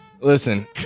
Listen